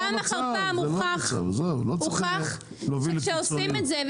פעם אחר פעם הוכח שכשעושים את זה,